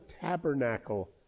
tabernacle